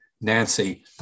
Nancy